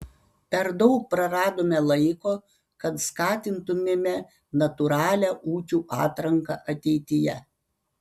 per daug praradome laiko kad skatintumėme natūralią ūkių atranką ateityje